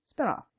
Spinoff